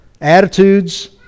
attitudes